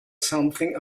something